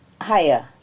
higher